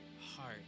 heart